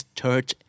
church